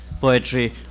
poetry